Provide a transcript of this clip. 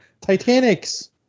Titanics